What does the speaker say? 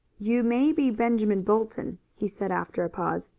you may be benjamin bolton, he said after a pause,